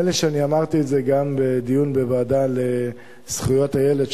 לי שאמרתי את זה גם בדיון בוועדה לזכויות הילד,